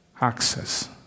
access